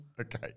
okay